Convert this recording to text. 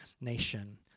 nation